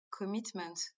commitment